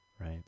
Right